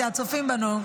הצופים בנו,